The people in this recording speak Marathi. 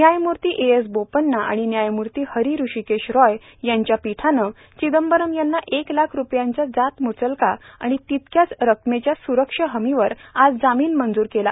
न्यायमूर्ती ए एस बोपन्ना आणि न्यायमूर्ती हरी हृषिकेश रोय यांच्या पीठानं चिदंबरम यांना एक लाख रुपयांचा जातमुचलका आणि तितक्याच रकमेच्या सुरक्षा हमीवर आज जामीन मंजूर केला